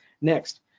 Next